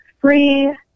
free